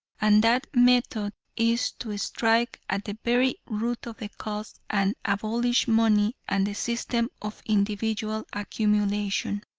and that method is to strike at the very root of the cause, and abolish money and the system of individual accumulation.